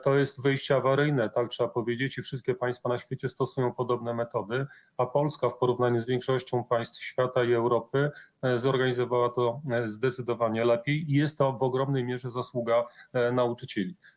To jest wyjście awaryjne, tak trzeba powiedzieć, i wszystkie państwa na świecie stosują podobne metody, a Polska w porównaniu z większością państw świata i Europy zorganizowała to zdecydowanie lepiej i jest to w ogromnej mierze zasługa nauczycieli.